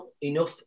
enough